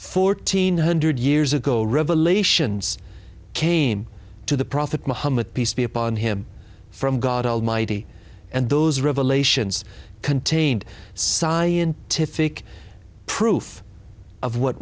fourteen hundred years ago revelations came to the prophet muhammad peace be upon him from god almighty and those revelations contained scientific proof of what